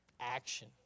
action